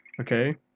Okay